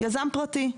יזם פרטי.